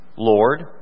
Lord